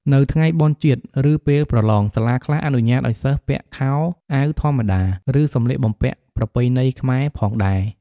នៅថ្ងៃបុណ្យជាតិ ឬពេលប្រឡង សាលាខ្លះអនុញ្ញាតឲ្យសិស្សពាក់ខោអាវធម្មតា ឬសំលៀកបំពាក់ប្រពៃណីខ្មែរផងដែរ។